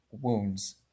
wounds